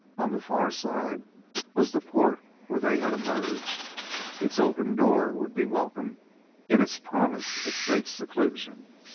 on the far side was the port where they had emerged its open door would be welcome in its promise of safe seclusion.